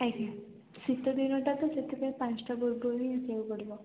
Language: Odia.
ଆଜ୍ଞା ଶୀତ ଦିନଟା ତ ସେଥିପାଇଁ ପାଞ୍ଚଟା ବେଳକୁ ହିଁ ଆସିବାକୁ ପଡ଼ିବ